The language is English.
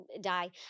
die